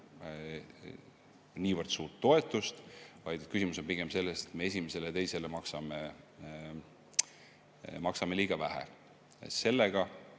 niivõrd suurt toetust, vaid küsimus on pigem selles, et me esimesele ja teisele maksame liiga vähe. Sellega